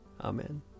Amen